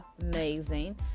amazing